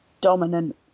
dominant